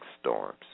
storms